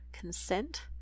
consent